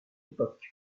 époque